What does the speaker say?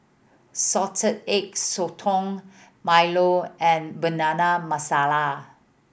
Salted Egg Sotong Milo and Banana Masala